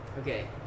Okay